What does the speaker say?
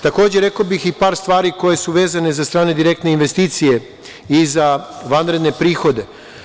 Takođe, rekao bih i par stvari koje su vezane za strane direktne investicije i za vanredne prihode.